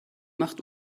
macht